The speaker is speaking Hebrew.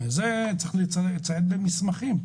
את זה צריך לציין במסמכים.